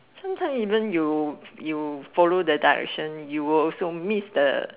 sometimes even you you follow the direction you will also miss the